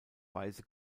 weise